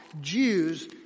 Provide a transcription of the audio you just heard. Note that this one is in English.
Jews